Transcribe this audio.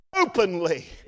openly